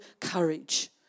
courage